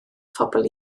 phobl